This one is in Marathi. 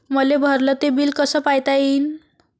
मले भरल ते बिल कस पायता येईन?